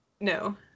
No